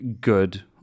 good